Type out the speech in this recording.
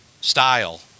style